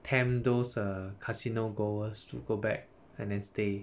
tempt those err casino goers to go back and then stay